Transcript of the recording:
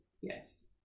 Yes